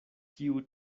kiu